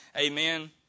Amen